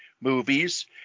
movies